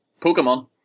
Pokemon